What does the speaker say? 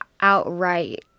outright